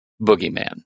Boogeyman